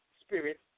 spirit